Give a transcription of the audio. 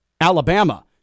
Alabama